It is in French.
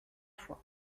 fois